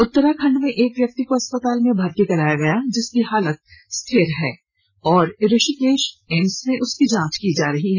उत्तराखंड में एक व्यक्ति को अस्पताल में भर्ती कराया गया जिसकी हालत स्थिर है और ऋषिकेश एम्स में उसकी जांच की जा रही है